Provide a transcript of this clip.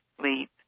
sleep